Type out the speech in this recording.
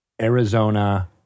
Arizona